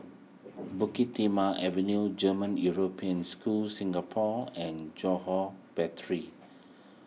Bukit Timah Avenue German European School Singapore and Johore Battery